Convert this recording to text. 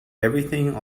everything